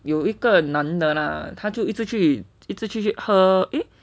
有一个男的 lah 他就一直去一直去喝 eh